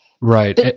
Right